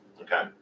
Okay